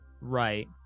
Right